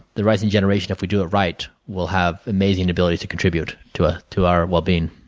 the rising generation, if we do it right, will have amazing ability to contribute to ah to our wellbeing.